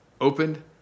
opened